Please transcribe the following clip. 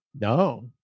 No